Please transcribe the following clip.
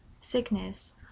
sickness